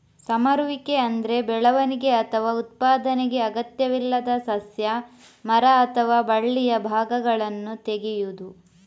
ಸಮರುವಿಕೆ ಅಂದ್ರೆ ಬೆಳವಣಿಗೆ ಅಥವಾ ಉತ್ಪಾದನೆಗೆ ಅಗತ್ಯವಿಲ್ಲದ ಸಸ್ಯ, ಮರ ಅಥವಾ ಬಳ್ಳಿಯ ಭಾಗಗಳನ್ನ ತೆಗೆಯುದು